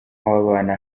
w’abana